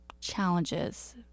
challenges